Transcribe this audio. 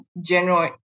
general